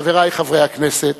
חברי חברי הכנסת,